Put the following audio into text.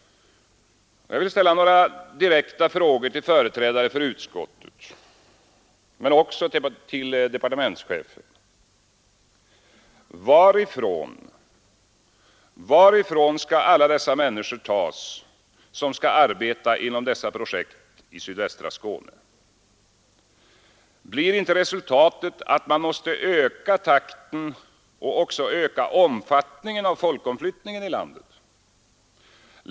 Jag vill ställa några direkta frågor till företrädare för utskottet men också till departementschefen: Varifrån skall alla dessa människor tas som skall arbeta inom dessa projekt i sydvästra Skåne? Blir inte resultatet att man måste öka takten och öka omfattningen av folkomflyttningen i landet?